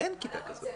אין כיתה כזאת.